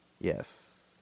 Yes